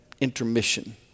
intermission